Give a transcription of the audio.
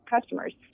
customers